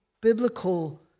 biblical